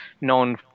known